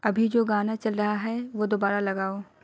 ابھی جو گانا چل رہا ہے وہ دوبارہ لگاوؑ